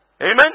Amen